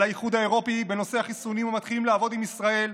האיחוד האירופי בנושא החיסונים והם מתחילים לעבוד עם ישראל,